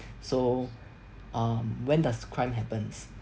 so um when does crime happens